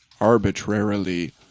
arbitrarily